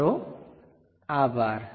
તમારો આભાર